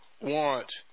want